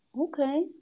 Okay